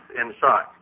inside